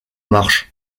marche